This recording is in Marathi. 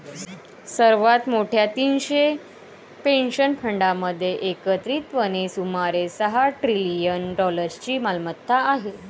सर्वात मोठ्या तीनशे पेन्शन फंडांमध्ये एकत्रितपणे सुमारे सहा ट्रिलियन डॉलर्सची मालमत्ता आहे